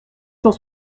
cent